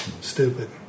stupid